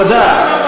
תודה.